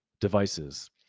devices